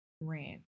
ran